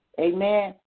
Amen